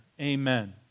Amen